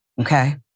Okay